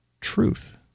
truth